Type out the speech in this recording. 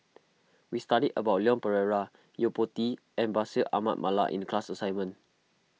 we studied about Leon Perera Yo Po Tee and Bashir Ahmad Mallal in the class assignment